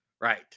Right